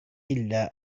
إلا